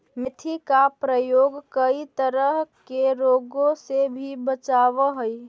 मेथी का प्रयोग कई तरह के रोगों से भी बचावअ हई